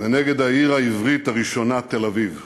ונגד העיר העברית הראשונה תל-אביב.